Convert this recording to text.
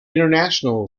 international